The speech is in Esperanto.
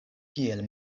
kiel